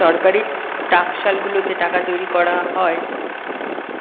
সরকারি টাকশালগুলোতে টাকা তৈরী করা হয়